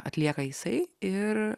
atlieka jisai ir